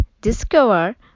discover